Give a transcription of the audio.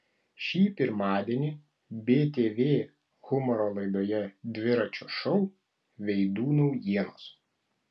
šį pirmadienį btv humoro laidoje dviračio šou veidų naujienos